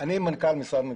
אני מנכ"ל משרד ממשלתי.